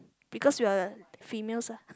because we are females ah